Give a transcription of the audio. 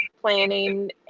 planning